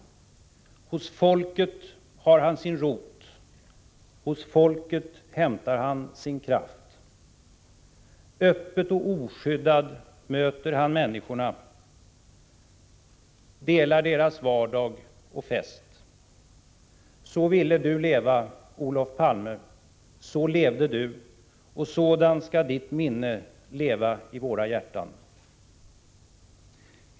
Hos folket har han sin rot. Hos folket hämtar han sin kraft. Öppet och oskyddad möter han människorna — delar deras vardag och fest. Så ville Du leva, Olof Palme, så levde Du, och sådant skall Ditt minne leva i våra hjärtan.